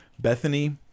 Bethany